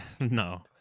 No